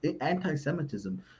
Anti-Semitism